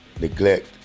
neglect